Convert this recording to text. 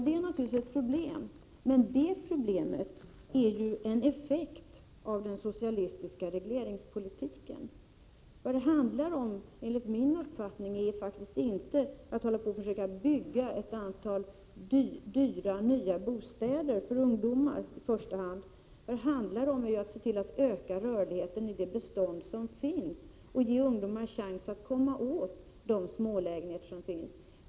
Det är naturligtvis ett problem, men det problemet är ju en effekt av den socialistiska regleringspolitiken. Vad det enligt min uppfattning handlar om är faktiskt inte att försöka bygga ett antal dyra nya bostäder för i första hand ungdomar utan det handlar i stället om att öka rörligheten i det bestånd som finns och ge ungdomar chans att komma åt de smålägenheter som finns.